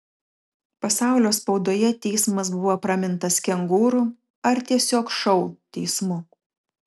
pasaulio spaudoje teismas buvo pramintas kengūrų ar tiesiog šou teismu